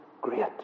great